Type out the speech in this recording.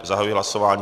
Zahajuji hlasování.